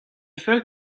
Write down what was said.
fell